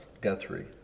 Guthrie